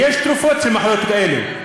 ויש תרופות למחלות כאלה,